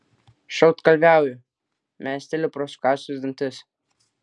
šaltkalviauju mesteli pro sukąstus dantis